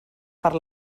per